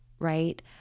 right